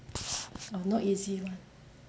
not easy [one]